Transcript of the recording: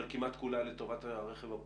אבל כמעט כולה, לרכב הפרטי.